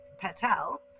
Patel